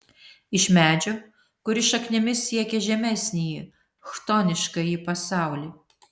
iš medžio kuris šaknimis siekia žemesnįjį chtoniškąjį pasaulį